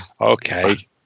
Okay